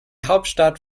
hauptstadt